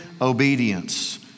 obedience